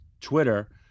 twitter